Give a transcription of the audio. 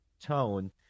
tone